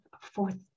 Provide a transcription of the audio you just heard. fourth